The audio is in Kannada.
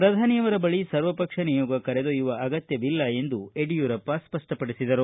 ಪ್ರಧಾನಿಯವರ ಬಳಿ ಸರ್ವ ಪಕ್ಷ ನಿಯೋಗ ಕರೆದೊಯ್ಟುವ ಅಗತ್ತವಿಲ್ಲ ಎಂದು ಯಡಿಯೂರಪ್ಪ ಸ್ಪಪ್ಟಪಡಿಸಿದರು